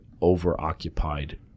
over-occupied